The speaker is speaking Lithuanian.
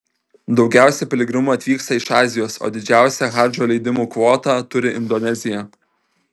daugiausiai piligrimų atvyksta iš azijos o didžiausia hadžo leidimų kvotą turi indonezija